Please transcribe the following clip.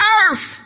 earth